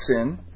sin